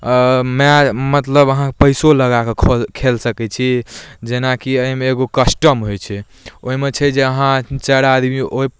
माइ मतलब अहाँ पइसो लगाकऽ खौल खेल सकै छी जेनाकि एहिमे एगो कस्टम होइ छै ओहिमे छै जे अहाँ चारि आदमी ओ